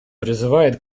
призывает